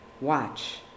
Watch